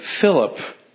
Philip